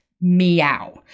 meow